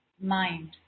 Mind